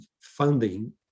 funding